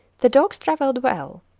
the dogs travelled well.